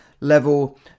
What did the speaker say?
level